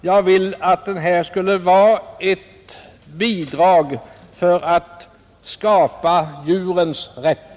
Jag ville med min motion ge ett bidrag till skapandet av en djurens rätt.